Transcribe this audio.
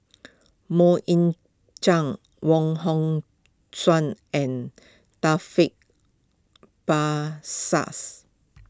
Mok Ying Jang Wong Hong Suen and Taufik Basahs